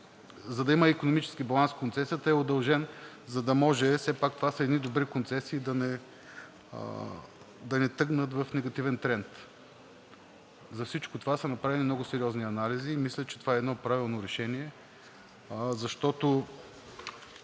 за да има икономически баланс, срокът на концесията е удължен, за да може… все пак това са едни добри концесии, да не тръгнат в негативен тренд. За всичко това са направени много сериозни анализи и мисля, че това е едно правилно решение, защото